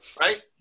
Right